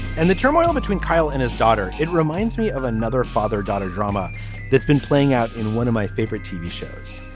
and the turmoil between kyle and his daughter. it reminds me of another father daughter drama that's been playing out in one of my favorite tv shows.